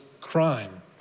crime